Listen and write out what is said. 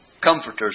comforters